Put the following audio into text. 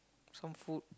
some food